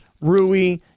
Rui